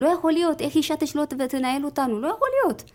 לא יכול להיות, איך אישה תשלוט ותנהל אותנו, לא יכול להיות!